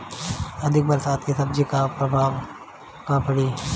अधिक बरसात के सब्जी पर का प्रभाव पड़ी?